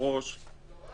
היושב-ראש לכך